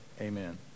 Amen